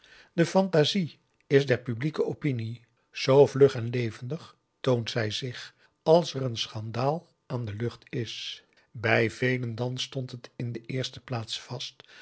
de fantasie is der publieke opinie zoo vlug en levendig toont zij zich als er een schandaal aan de lucht is bij velen dan stond het in de eerste plaats vast